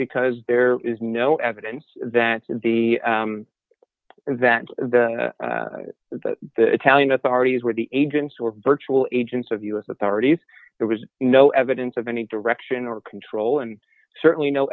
because there is no evidence that the that the the italian authorities were the agents who were virtual agents of the u s authorities there was no evidence of any direction or control and certainly no